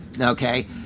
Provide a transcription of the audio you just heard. okay